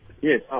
yes